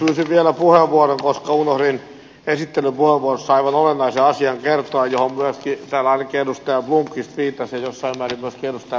pyysin vielä puheenvuoron koska unohdin esittelypuheenvuorossa aivan olennaisen asian kertoa johon myöskin täällä ainakin edustaja blomqvist viittasi ja jossain määrin myöskin edustaja vehkaperä